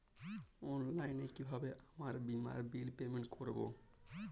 অনলাইনে কিভাবে আমার বীমার বিল পেমেন্ট করবো?